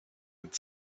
had